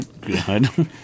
good